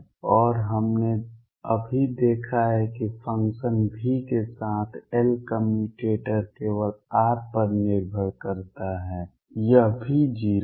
और हमने अभी देखा है कि फ़ंक्शन V के साथ L कम्यूटेटर केवल r पर निर्भर करता है यह भी 0 है